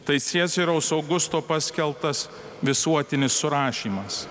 tai siesoriaus augusto paskelbtas visuotinis surašymas